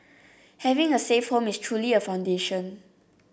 having a safe home is truly a foundation